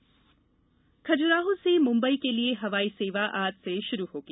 हवाई सेवा खजुराहो से मुंबई के लिए हवाई सेवा आज से शुरू होगी